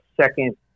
second